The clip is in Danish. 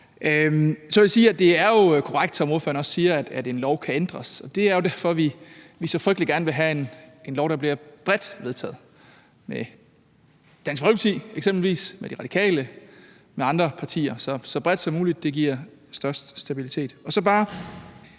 Så vil jeg sige, at det jo er korrekt, som ordføreren også siger, at en lov kan ændres. Det er derfor, vi så frygtelig gerne vil have en lov, der bliver vedtaget bredt med eksempelvis Dansk Folkeparti, med De Radikale og med andre partier, for så bredt som muligt giver størst stabilitet. Så har